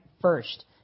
first